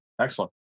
Excellent